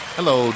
Hello